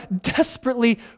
desperately